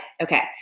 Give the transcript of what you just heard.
Okay